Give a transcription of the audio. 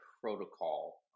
protocol